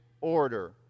order